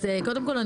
אז קודם כל,